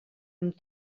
amb